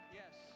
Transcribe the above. yes